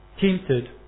tempted